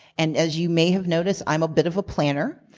and as you may have noticed, i'm a bit of a planner.